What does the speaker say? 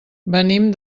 venim